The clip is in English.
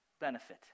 benefit